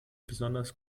besonders